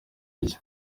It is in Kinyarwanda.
iki